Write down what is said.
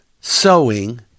sowing